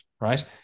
right